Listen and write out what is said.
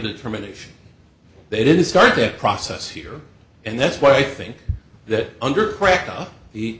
determination they didn't start that process here and that's why i think that